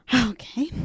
Okay